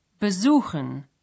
besuchen